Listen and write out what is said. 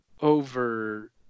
over